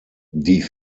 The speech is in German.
die